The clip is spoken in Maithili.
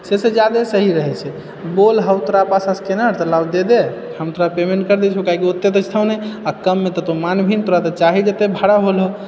से सब जागरूक सही हो रहल छै लोल हर तरह का शस्त्र ने मतलब दे देब हम सब देबे ने करबै काहे की ओते तऽ छै नहि कममे तु तऽ मानबिही नहि किएकि तोरा तऽ चाही जते भाड़ा होल हइ